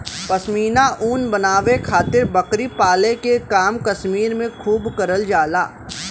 पश्मीना ऊन बनावे खातिर बकरी पाले के काम कश्मीर में खूब करल जाला